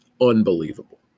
unbelievable